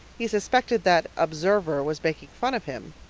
he suspected that observer was making fun of him.